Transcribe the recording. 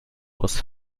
was